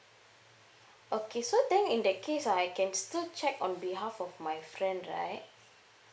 okay so then in that case uh I can still check on behalf of my friend right